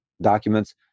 documents